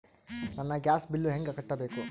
ನನ್ನ gas bill ಹೆಂಗ ಕಟ್ಟಬೇಕು?